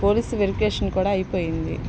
police verification కూడా అయిపోయింది